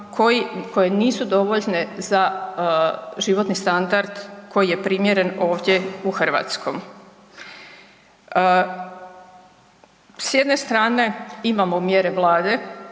koja nisu dovoljna za životni standard koji je primjeren ovdje u Hrvatskoj. S jedne strane imamo mjere Vlade